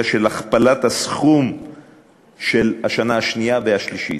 של הכפלת הסכום של השנה השנייה והשלישית.